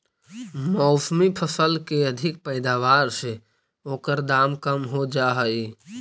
मौसमी फसल के अधिक पैदावार से ओकर दाम कम हो जाऽ हइ